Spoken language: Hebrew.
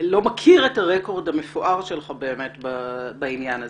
לא מכיר את הרקורד המפואר שלך בעניין הזה.